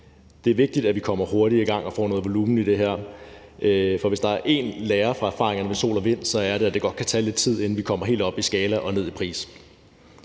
Det er vigtigt, at vi kommer hurtigt i gang og får noget volumen i det her, for hvis der er én lære af erfaringerne med sol og vind, er det, at det godt kan tage lidt tid, inden vi kommer helt op i skala og ned i pris.